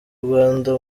rwanda